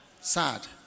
Sad